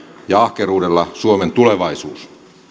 ja ahkeruudella suomen tulevaisuus